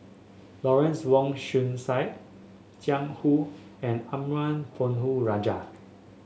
Lawrence Wong Shyun Tsai Jiang Hu and Arumugam Ponnu Rajah